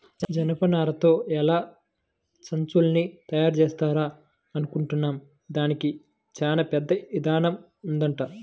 జనపనారతో ఎలా సంచుల్ని తయారుజేత్తారా అనుకుంటాం, దానికి చానా పెద్ద ఇదానం ఉంటదంట